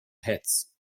hits